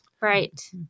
Right